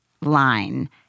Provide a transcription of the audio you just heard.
line